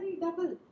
double